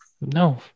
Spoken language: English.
No